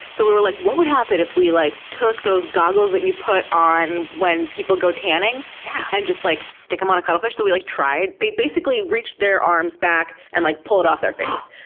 so we were like, what would happen if we like took those goggles that you put on when people go tanning yeah and just like stick them on a cuttlefish? so we like tried they basically reached their arms back and like pulled it off their face.